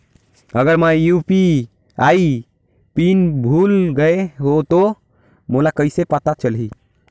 अगर मैं UPI PIN भुल गये हो तो मोला कइसे पता चलही?